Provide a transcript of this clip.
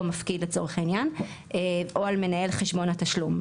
או מפקיד לצורך העניין, או על מנהל חשבון התשלום.